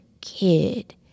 kid